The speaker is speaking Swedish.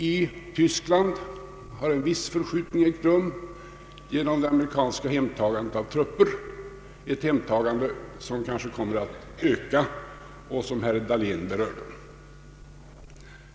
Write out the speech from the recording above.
I Tyskland har en viss förskjutning ägt rum genom det amerikanska hemtagandet av trupper, ett hemtagande som kanske kommer att öka och som herr Dahlén berört.